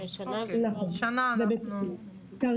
השנה אנחנו --- גם